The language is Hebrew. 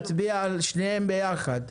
את מבקשת להצביע על שניהם ביחד?